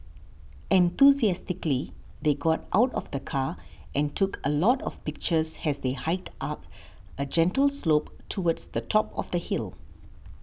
enthusiastically they got out of the car and took a lot of pictures as they hiked up a gentle slope towards the top of the hill